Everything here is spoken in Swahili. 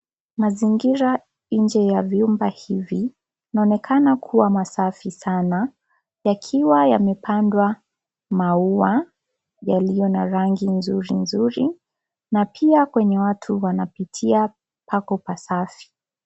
Mazingira nje ya vyumba hivi inaonekana kuwa masafi sana yakiwa yamepandwa maua yaliyo na rangi nzuri na pia kwenye watu wanapitia pako pasafi.